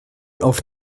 auf